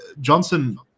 Johnson